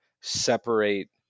separate